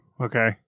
okay